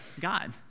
God